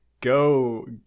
go